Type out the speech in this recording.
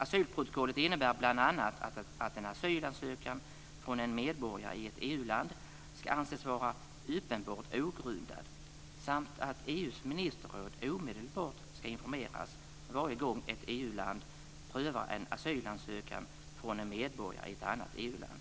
Asylprotokollet innebär bl.a. att en asylansökan från en medborgare i ett EU-land ska anses vara "uppenbart ogrundad" och att EU:s ministerråd omedelbart ska informeras varje gång ett EU-land prövar en asylansökan från en medborgare i ett annat EU land.